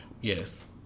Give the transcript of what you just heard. Yes